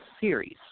series